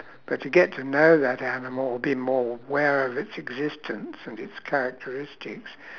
but to get to know that animal or be more aware of its existence and its characteristics